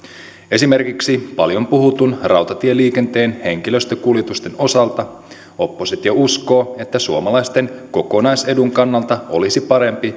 esimerkiksi paljon puhutun rautatieliikenteen henkilöstökuljetusten osalta oppositio uskoo että suomalaisten kokonaisedun kannalta olisi parempi